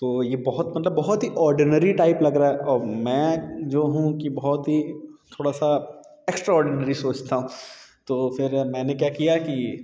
तो ये बहुत मतलब बहुत ही ऑडिनरी टाइप लग रहा अब मैं जो हूँ कि बहुत ही थोड़ा सा एक्श्ट्रा ऑर्डिनरी सोचता हूँ तो फिर मैंने क्या किया कि